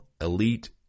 Elite